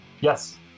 Yes